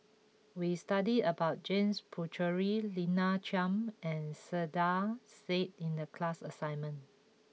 we studied about James Puthucheary Lina Chiam and Saiedah Said in the class assignment